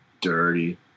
dirty